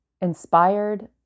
inspired